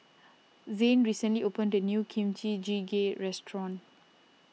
Zain recently opened a new Kimchi Jjigae restaurant